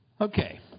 Okay